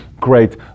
Great